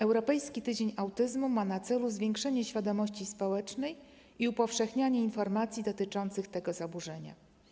Europejski Tydzień Autyzmu ma na celu zwiększenie świadomości społecznej i upowszechnianie informacji dotyczących tego zaburzenia.